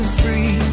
free